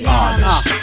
Honest